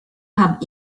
have